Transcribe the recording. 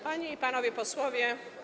Panie i Panowie Posłowie!